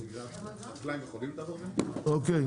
אוקיי,